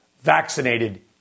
vaccinated